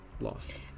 lost